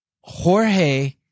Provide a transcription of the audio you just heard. Jorge